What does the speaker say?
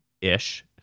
ish